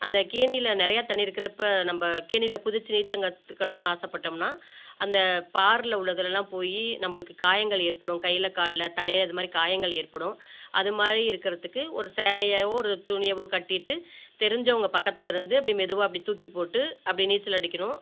அந்த கேணியில் நிறையாத் தண்ணி இருக்குறப்போ நம்ப கேணியில் குதிச்சு நீந்த்தங் கற்றுக்கணுன்னு ஆசைப்பட்டோம்னா அந்த பாறையில் உள்ளதுலெலாம் போய் நம்பளுக்கு காயங்கள் ஏற்படும் கையில் காலில் தலையில் இது மாதிரி காயங்கள் ஏற்படும் அது மாதிரி இருக்கிறத்துக்கு ஒரு சேலையாகவோ ஒரு துணியயோ கட்டிகிட்டு தெரிஞ்சவங்க பக்கத்துலிருந்து அப்படி மெதுவாக் அப்படி தூக்கிப் போட்டு அப்படி நீச்சல் அடிக்கணும்